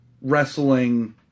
wrestling